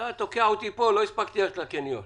תיקון תקנה 63. בתקנה 6(א)(2)